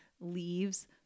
leaves